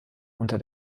unter